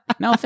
no